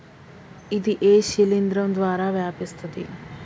ఇది ఏ శిలింద్రం ద్వారా వ్యాపిస్తది?